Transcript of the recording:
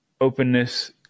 openness